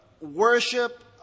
Worship